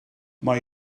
mae